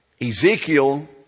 Ezekiel